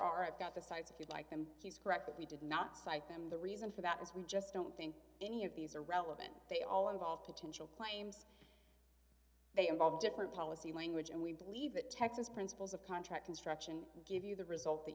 are got the sides if you like them he's correct that we did not cite them the reason for that is we just don't think any of these are relevant they all involve potential claims they involve different policy language and we believe that texas principles of contract construction give you the result that